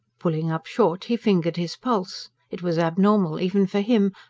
pulling up short, he fingered his pulse it was abnormal, even for him.